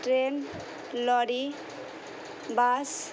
train lorry bus